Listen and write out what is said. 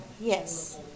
Yes